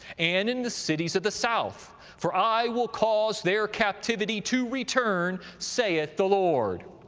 and in the cities of the south for i will cause their captivity to return, saith the lord.